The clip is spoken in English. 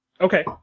Okay